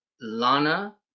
Lana